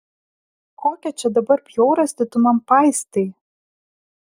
kokią čia dabar bjaurastį tu man paistai